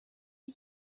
are